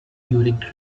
during